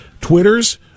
Twitter's